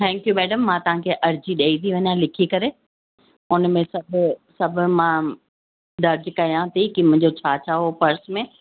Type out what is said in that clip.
thank you madam मां तव्हांखे अर्ज़ी ॾेई थी वञां लिखी करे उन में सभु सभु मां दर्ज कयां थी की मुंहिंजो छा छा हो पर्स में